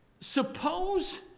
Suppose